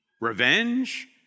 Revenge